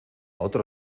otro